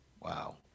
Wow